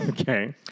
Okay